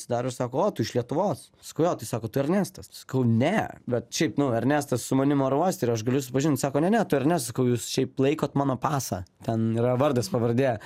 atsidaro ir sako o tu iš lietuvos sakau jo tai sako tu ernestas sakau ne bet šiaip nu ernestas su manim oro uoste ir aš galiu supažindint sako ne ne tu ernestas sakau jūs šiaip laikot mano pasą ten yra vardas pavardė